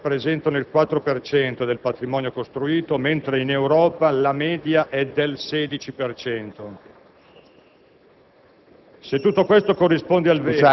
In Italia gli alloggi sociali rappresentano il 4 per cento del patrimonio costruito, mentre in Europa la media è del 16